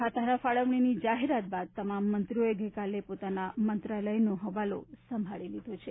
ખાતાના ફાળવણીની જાહેરાત બાદ તમામ મંત્રીઓએ ગઈકાલે પોતાના મંત્રાલયનો હવાલો સંભાળી લીધો છે